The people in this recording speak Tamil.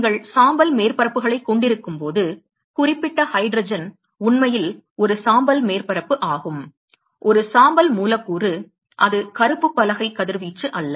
நீங்கள் சாம்பல் மேற்பரப்புகளைக் கொண்டிருக்கும் போது குறிப்பிட்ட ஹைட்ரஜன் உண்மையில் ஒரு சாம்பல் மேற்பரப்பு ஆகும் ஒரு சாம்பல் மூலக்கூறு அது கருப்பு பலகை கதிர்வீச்சு அல்ல